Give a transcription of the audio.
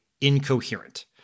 incoherent